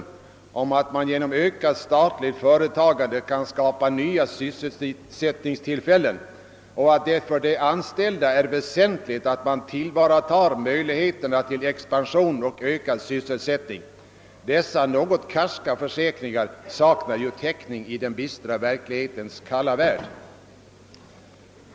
Där sägs att man genom ökat statligt företagande kan skapa nya sysselsättningstillfällen och att det för de anställda är väsentligt att man tillvaratar möjligheterna till expansion och ökad sysselsätt ning. Dessa något karska försäkringar saknar ju täckning i den bistra verklighetens kalla värld.